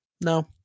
no